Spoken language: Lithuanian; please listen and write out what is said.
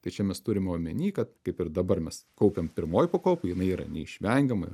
tai čia mes turim omeny kad kaip ir dabar mes kaupiam pirmoj pakopoj yra neišvengiama